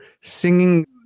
singing